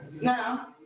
Now